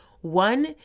One